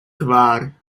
kvar